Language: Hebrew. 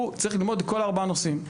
הוא צריך ללמוד את כל ארבעת הנושאים.